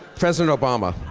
president obama.